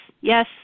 yes